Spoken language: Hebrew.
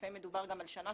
לפעמים מדובר גם על שנה,